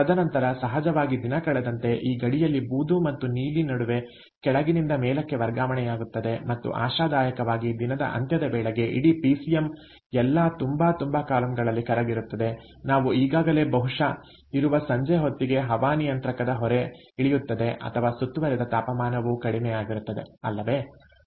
ತದನಂತರ ಸಹಜವಾಗಿದಿನ ಕಳೆದಂತೆ ಈ ಗಡಿಯಲ್ಲಿ ಬೂದು ಮತ್ತು ನೀಲಿ ನಡುವೆ ಕೆಳಗಿನಿಂದ ಮೇಲಕ್ಕೆ ವರ್ಗಾವಣೆಯಾಗುತ್ತದೆ ಮತ್ತು ಆಶಾದಾಯಕವಾಗಿ ದಿನದ ಅಂತ್ಯದ ವೇಳೆಗೆ ಇಡೀ ಪಿಸಿಎಂ ಎಲ್ಲಾ ತಂಬಾ ತಂಬಾ ಕಾಲಂಗಳಲ್ಲಿ ಕರಗಿರುತ್ತದೆ ನಾವು ಈಗಾಗಲೇ ಬಹುಶಃ ಇರುವ ಸಂಜೆ ಹೊತ್ತಿಗೆ ಹವಾನಿಯಂತ್ರಕದ ಹೊರೆ ಇಳಿಯುತ್ತದೆ ಅಥವಾ ಸುತ್ತುವರಿದ ತಾಪಮಾನವೂ ಕಡಿಮೆಯಾಗಿರುತ್ತದೆ ಅಲ್ಲವೇ